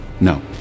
No